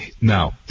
now